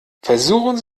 versuchen